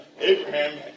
Abraham